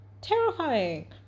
Terrifying